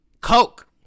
Coke